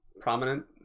Prominent